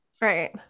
right